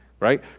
right